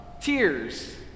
tears